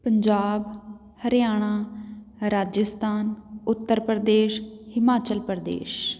Punjab Haryana Rajasthan Uttar Pradesh Himachal Pradesh